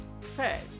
First